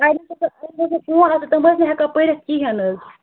اَڑٮ۪ن فون آسان تِم ٲسۍ نہٕ ہٮ۪کان پٔرِتھ کِہیٖنۍ نہٕ حظ